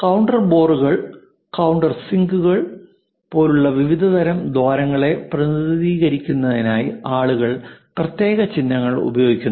counter ബോറുകൾ counter സിങ്കുകൾ പോലുള്ള വിവിധതരം ദ്വാരങ്ങളെ പ്രതിനിധീകരിക്കുന്നതിനായി ആളുകൾ പ്രത്യേക ചിഹ്നങ്ങൾ ഉപയോഗിക്കുന്നു